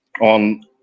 on